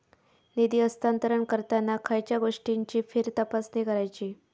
निधी हस्तांतरण करताना खयच्या गोष्टींची फेरतपासणी करायची?